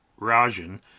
Rajan